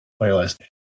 playlist